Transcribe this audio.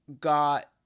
got